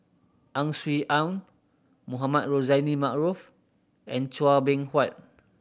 Ang Swee Aun Mohamed Rozani Maarof and Chua Beng Huat